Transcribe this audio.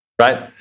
Right